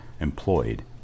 employed